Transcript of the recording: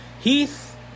Heath